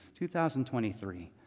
2023